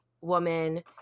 woman